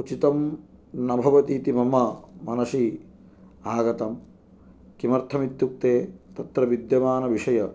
उचितं न भवति किं मम मनसि आगतं किमर्थं इत्युक्ते तत्र विद्यमानविषय